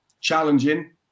challenging